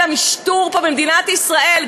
די למשטור פה במדינת ישראל,